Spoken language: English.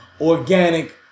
organic